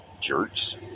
Jerks